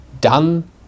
done